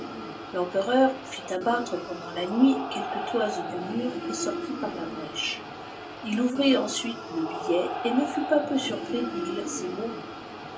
vempem fit abattre pendant la nuit quelques toises du mur et sortit par la brèche il ouvrit ensuite le billet t né ftit pas pelb surpris d'y lire ces mots